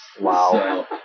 Wow